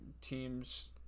teams